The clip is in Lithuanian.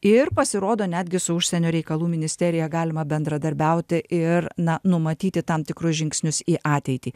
ir pasirodo netgi su užsienio reikalų ministerija galima bendradarbiauti ir na numatyti tam tikrus žingsnius į ateitį